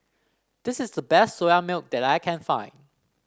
this is the best Soya Milk that I can find